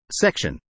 Section